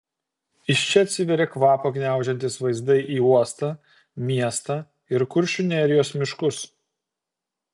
iš čia atsiveria kvapą gniaužiantys vaizdai į uostą miestą ir kuršių nerijos miškus